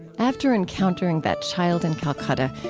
after encountering that child in calcutta,